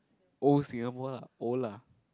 old Singapore lah old lah